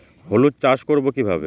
হলুদ চাষ করব কিভাবে?